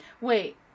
Wait